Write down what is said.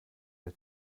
der